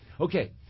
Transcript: okay